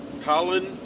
Colin